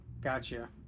Gotcha